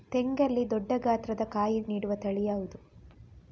ತೆಂಗಲ್ಲಿ ದೊಡ್ಡ ಗಾತ್ರದ ಕಾಯಿ ನೀಡುವ ತಳಿ ಯಾವುದು?